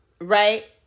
Right